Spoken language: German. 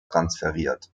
transferiert